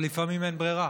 אבל לפעמים אין ברירה.